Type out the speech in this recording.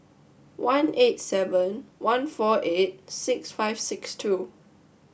one eight seven one four eight six five six two